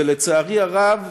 ולצערי הרב